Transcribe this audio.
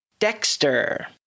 Dexter